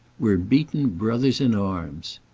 we're beaten brothers in arms.